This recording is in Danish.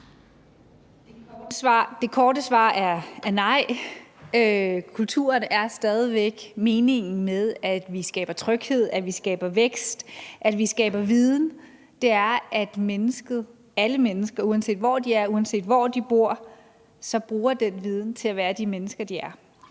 Det korte svar er nej. Kulturen er stadig væk meningen med, at vi skaber tryghed, at vi skaber vækst, at vi skaber viden. Det er, at mennesket, alle mennesker, uanset hvor de er, uanset hvor de bor, bruger den viden til at være de mennesker, de er,